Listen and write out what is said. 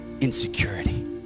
insecurity